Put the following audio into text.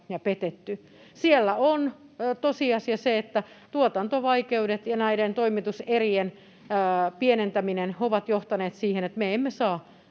petetty. Siellä on tosiasia se, että tuotantovaikeudet ja näiden toimituserien pienentäminen ovat johtaneet siihen, että me emme saa